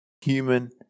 human